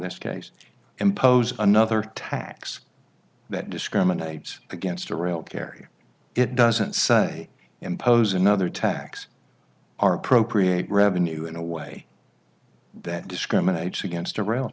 this case impose another tax that discriminates against a real carry it doesn't say impose another tax are appropriate revenue in a way that discriminates against a